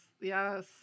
Yes